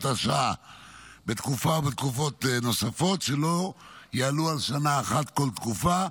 השעה בתקופה או בתקופות נוספות שלא יעלו על שנה אחת כל תקופה,